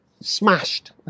smashed